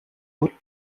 hautes